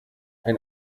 ein